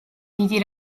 დიდი